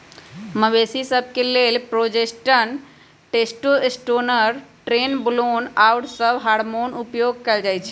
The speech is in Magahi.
मवेशिय सभ के लेल प्रोजेस्टेरोन, टेस्टोस्टेरोन, ट्रेनबोलोन आउरो सभ हार्मोन उपयोग कयल जाइ छइ